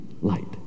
light